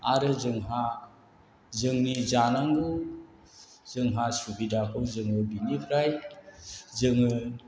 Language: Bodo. आरो जोंहा जोंनि जानांगौ जोंहा सुबिदाखौ जोङो बेनिफ्राय जोङो